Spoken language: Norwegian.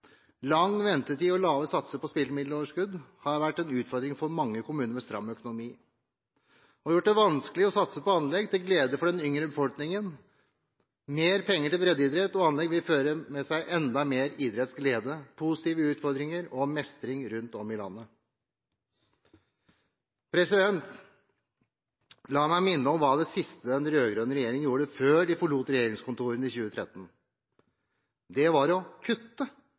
Lang ventetid og lave satser på spillemiddeltilskudd har vært en utfordring for mange kommuner med stram økonomi, og gjort det vanskelig å satse på anlegg til glede for den yngre befolkningen. Mer penger til breddeidrett og anlegg vil føre med seg enda mer idrettsglede, positive utfordringer og mestring rundt om i landet. La meg minne om hva det siste den rød-grønne regjeringen gjorde før de forlot regjeringskontorene i 2013. Det var å kutte